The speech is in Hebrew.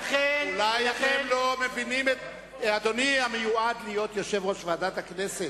- אדוני המיועד להיות יושב-ראש ועדת הכנסת,